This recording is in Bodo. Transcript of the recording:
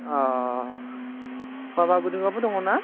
अ माबा दङना